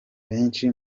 benshi